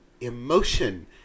emotion